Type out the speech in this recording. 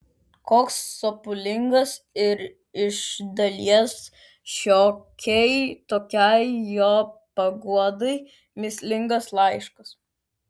koks sopulingas ir iš dalies šiokiai tokiai jo paguodai mįslingas laiškas